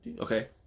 Okay